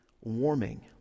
warming